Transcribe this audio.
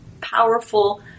powerful